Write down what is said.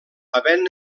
havent